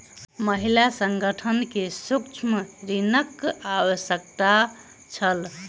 महिला संगठन के सूक्ष्म ऋणक आवश्यकता छल